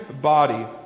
body